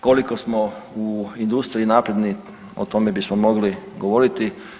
Koliko smo u industriji napredni, o tome bismo mogli govoriti.